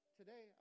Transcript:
today